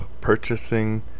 purchasing